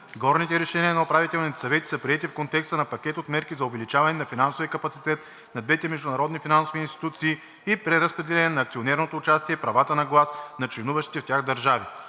Горните решения на управителните съвети са приети в контекста на пакет от мерки за увеличаване на финансовия капацитет на двете международни финансови институции и преразпределяне на акционерното участие и правата на глас на членуващите в тях държави.